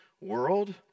world